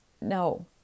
No